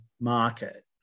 market